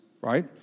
right